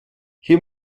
hier